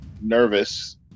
nervous